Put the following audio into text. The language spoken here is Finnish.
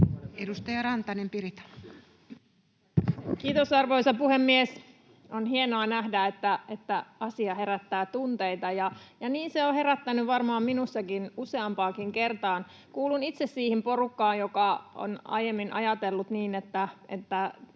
18:10 Content: Kiitos, arvoisa puhemies! On hienoa nähdä, että asia herättää tunteita, ja niin se on herättänyt minussakin varmaan useampaankin kertaan. Kuulun itse siihen porukkaan, joka on aiemmin ajatellut niin —